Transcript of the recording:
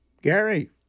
Gary